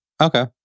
Okay